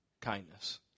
kindness